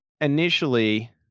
initially